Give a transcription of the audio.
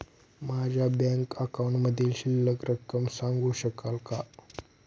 माझ्या बँक अकाउंटमधील शिल्लक रक्कम सांगू शकाल का?